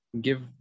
give